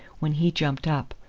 when he jumped up.